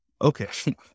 Okay